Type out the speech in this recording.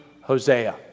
Hosea